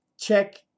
check